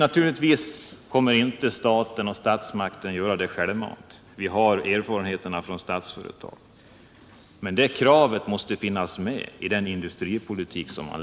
Staten kommer naturligtvis inte att göra det självmant — vi har erfarenheter från Statsföretag. Men det kravet måste finnas med i industripolitiken.